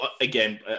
again